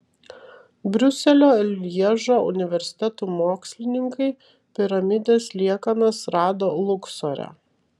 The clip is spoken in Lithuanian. briuselio ir lježo universitetų mokslininkai piramidės liekanas rado luksore